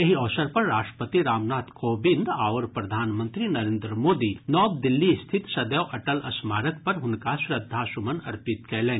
एहि अवसर पर राष्ट्रपति रामनाथ कोविंद आओर प्रधामंत्री नरेन्द्र मोदी नव दिल्ली स्थित सदैव अटल स्मारक पर हुनका श्रद्धासुमन अर्पित कयलनि